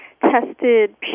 tested